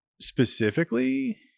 specifically